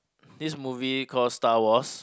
this movie called Star Wars